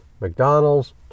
McDonald's